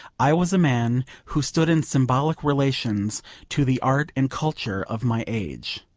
i was a man who stood in symbolic relations to the art and culture of my age.